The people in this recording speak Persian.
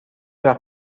وقت